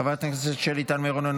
חבר הכנסת סימון דוידסון,